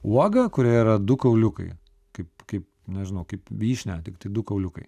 uoga kurioje yra du kauliukai kaip kaip nežinau kaip vyšnia tiktai du kauliukai